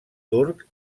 turc